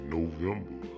November